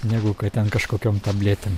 negu kad ten kažkokiom tabletėm